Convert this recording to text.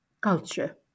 culture